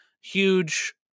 huge